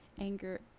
anger